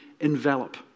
envelop